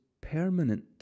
permanent